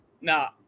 Nah